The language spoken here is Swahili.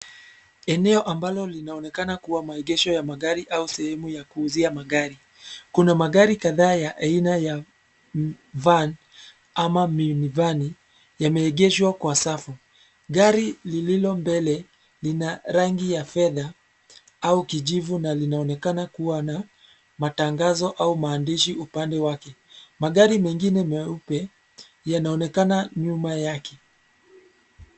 Eneo ambalo linaonekana kuwa maegesho ya magari au sehemu ya kuuzia magari. Kuna magari kadhaa ya aina ya van au minivani, yameegeshwa kwa safu. Gari lililo mbele, lina rangi ya fedha, au kijivu na linaonekana kuwa na matangazo au maandishi upande wake. Magari mengine meupe, yanaonekana nyuma yake.